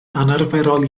anarferol